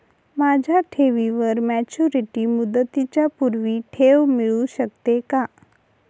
माझ्या ठेवीवर मॅच्युरिटी मुदतीच्या पूर्वी ठेव मिळू शकते का?